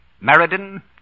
Meriden